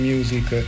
Music